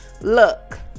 Look